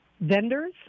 vendors